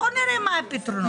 בואו נראה מה הפתרונות.